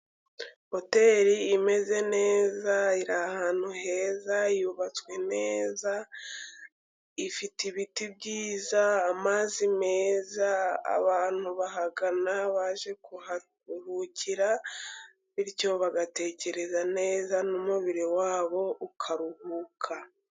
Hoteri imeze neza, iri ahantu heza, yubatswe neza, ifite ibiti byiza, amazi meza, abantu bahagana baje kuharuhukira, bityo bagatekereza neza n'umubiri wabo ukaruhuka.